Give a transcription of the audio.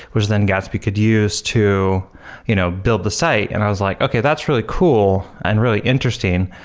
which then gatsby could use to you know build the site. and i was like, okay. that's really cool and really interesting.